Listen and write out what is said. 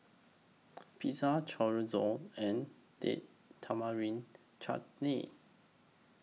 Pizza Chorizo and Date Tamarind Chutney